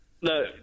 No